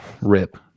Rip